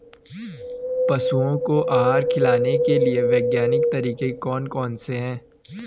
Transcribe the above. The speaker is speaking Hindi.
पशुओं को आहार खिलाने के लिए वैज्ञानिक तरीके कौन कौन से हैं?